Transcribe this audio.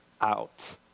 out